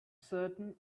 certain